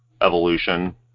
evolution